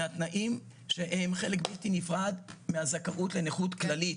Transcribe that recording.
מהתנאים שהם חלק בלתי נפרד מהזכאות לנכות כללית.